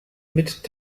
mit